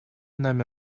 нами